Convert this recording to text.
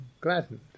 gladdened